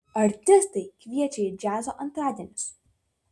artistai kviečia į džiazo antradienius